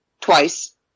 twice